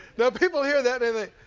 now people hear that and they